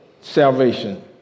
salvation